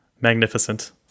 magnificent